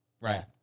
Right